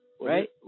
right